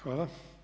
Hvala.